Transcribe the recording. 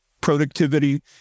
productivity